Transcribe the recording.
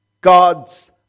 God's